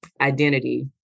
identity